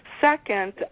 Second